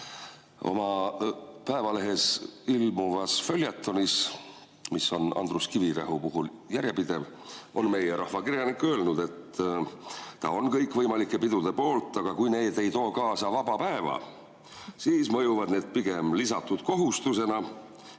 Päevalehes ilmuvas följetonis, mis on Andrus Kivirähki sulest järjepidev, on meie rahvakirjanik öelnud, et ta on kõikvõimalike pidude poolt, aga kui need ei too kaasa vaba päeva, siis mõjuvad need pigem lisatud kohustusena,